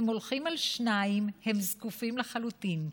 הם הולכים על שניים, הם זקופים לחלוטין.